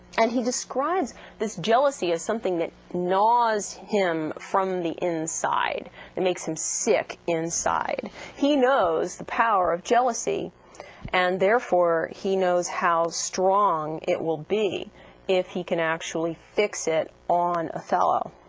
and he describes this jealousy is something that nas him from the inside that makes him sick inside he knows the power of jealousy and therefore he knows how strong it will be if he can actually fix it on a fellow